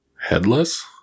Headless